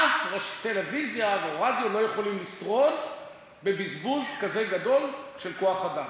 אף טלוויזיה או רדיו לא יכולים לשרוד בבזבוז כזה גדול של כוח-אדם.